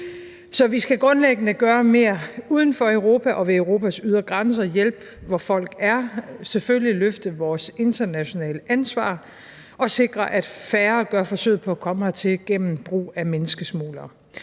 Så vi skal grundlæggende gøre mere uden for Europa og ved Europas grænser, hjælpe der, hvor folk er, og selvfølgelig løfte vores internationale ansvar og sikre, at færre gør forsøget på at komme hertil gennem brug af menneskesmuglere.